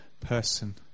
person